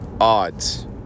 odds